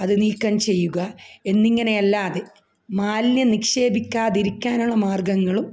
അത് നീക്കം ചെയ്യുക എന്നിങ്ങനെയല്ലാതെ മാലിന്യം നിക്ഷേപിക്കാതിരിക്കാനുള്ള മാർഗ്ഗങ്ങളും